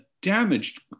damaged